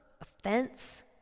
offense